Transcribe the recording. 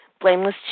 blameless